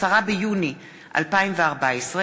עמר בר-לב ומרב מיכאלי,